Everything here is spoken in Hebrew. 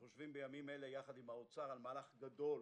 אנחנו יושבים בימים אלה יחד עם האוצר למהלך גדול